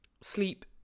sleep